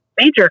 major